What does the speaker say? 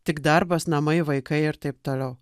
tik darbas namai vaikai ir taip toliau